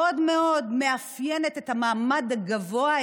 מאוד מאוד מאפיינת את המעמד הגבוה,